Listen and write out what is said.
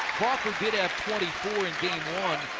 crawford did have twenty four in game one.